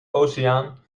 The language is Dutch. oceaan